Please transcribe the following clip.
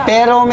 Pero